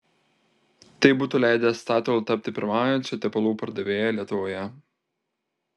tai būtų leidę statoil tapti pirmaujančia tepalų pardavėja lietuvoje